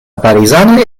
parizanoj